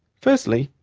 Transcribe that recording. firstly,